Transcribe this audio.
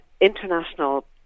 international